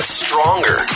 stronger